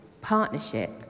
partnership